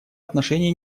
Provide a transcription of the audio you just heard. отношения